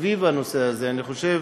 סביב הנושא הזה, אני חושב